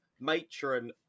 Matron